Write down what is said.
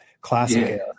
classic